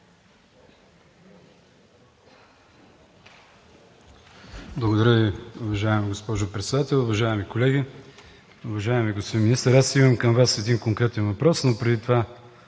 Благодаря Ви, уважаема госпожо Председател. Уважаеми колеги! Уважаеми господин Министър, аз имам към Вас един конкретен въпрос, но преди това